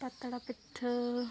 ᱯᱟᱛᱲᱟ ᱯᱤᱴᱷᱟᱹ